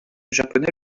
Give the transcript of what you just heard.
japonais